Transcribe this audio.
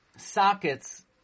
sockets